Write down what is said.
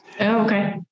Okay